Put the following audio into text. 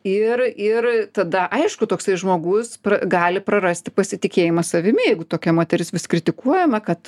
ir ir tada aišku toksai žmogus pra gali prarasti pasitikėjimą savimi jeigu tokia moteris vis kritikuojama kad